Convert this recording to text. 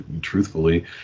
truthfully